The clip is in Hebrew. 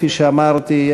כפי שאמרתי,